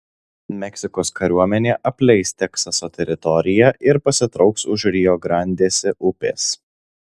meksikos kariuomenė apleis teksaso teritoriją ir pasitrauks už rio grandėsi upės